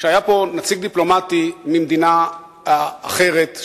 כשהיה פה נציג דיפלומטי ממדינה אחרת,